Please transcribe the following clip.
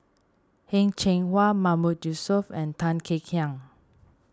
Heng Cheng Hwa Mahmood Yusof and Tan Kek Hiang